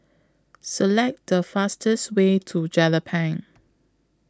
Select The fastest Way to Jelapang